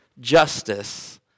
justice